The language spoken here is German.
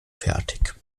fertig